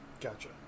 Gotcha